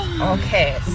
Okay